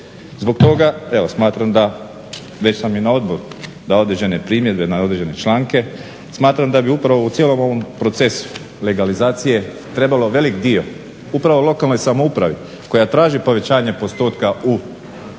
Zbog toga, evo smatram da, već sam i na odboru dao određene primjedbe na određene članke. Smatram da bi upravo u cijelom ovom procesu legalizacije trebalo velik dio upravo lokalnoj samoupravi koja traži povećanje postotka u